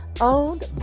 owned